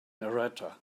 narrator